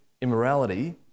immorality